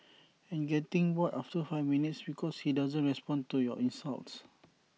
and getting bored after five minutes because he doesn't respond to your insults